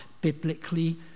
biblically